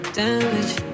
damage